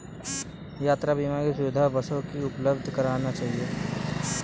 यात्रा बीमा की सुविधा बसों भी उपलब्ध करवाना चहिये